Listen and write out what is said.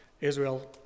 Israel